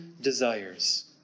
desires